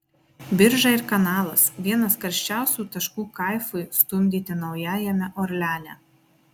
birža ir kanalas vienas karščiausių taškų kaifui stumdyti naujajame orleane